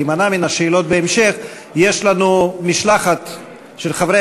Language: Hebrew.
להימנע משאלות בהמשך: יש לנו משלחת של חברי